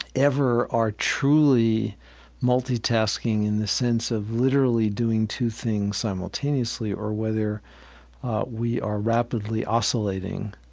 ever are truly multitasking in the sense of literally doing two things simultaneously or whether we are rapidly oscillating